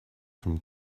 from